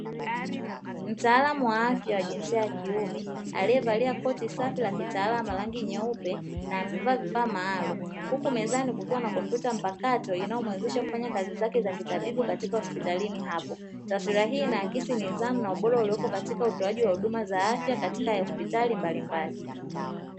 Mtaalamu wa afya wa jinsia ya kiume, aliyevalia koti safi la kitaalamu la rangi nyeupe na amevaa vifaa maalumu huku mezani kukiwa na kompyuta mpakato inayomuwezesha kufanya kazi zake za kitabibu katika hospitalini hapo. Taswira hii inaakisi nidhamu na ubora uliopo katika utoaji wa huduma za afya katika hospitali mbalimbali.